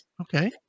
Okay